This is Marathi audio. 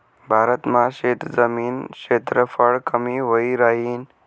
भारत मा शेतजमीन क्षेत्रफळ कमी व्हयी राहीन